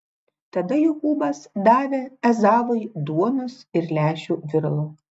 tada jokūbas davė ezavui duonos ir lęšių viralo